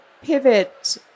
pivot